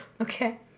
Okay